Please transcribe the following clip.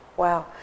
Wow